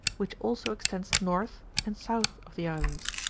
which also extends north and south of the islands.